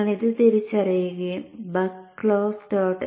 നിങ്ങൾ ഇത് തിരിച്ചറിയുകയും buck close